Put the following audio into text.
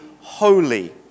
holy